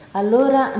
allora